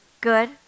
good